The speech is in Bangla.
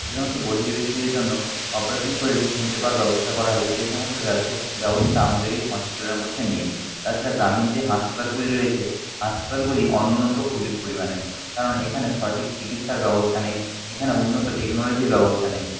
সে সমস্ত বধির ব্যক্তিদের জন্য অপারেশান করে যে শুনতে পাওয়ার ব্যবস্থা করা হবে সে সমস্ত ব্যবসা ব্যবস্থা আমাদের এই হাসপাতালের মধ্যে নেই তাছাড়া গ্রামীণ যে হাঁসপাতালগুলি রয়েছে হাঁসপাতালগুলি অনুন্নত খুবই পরিমাণে কারণ এখানে সঠিক চিকিৎসার ব্যবস্থা নেই এখানে উন্নত টেকনোলজির ব্যবস্থা নেই